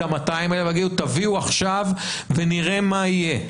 את ה-200 האלה, להגיד: תביאו עכשיו ונראה מה יהיה,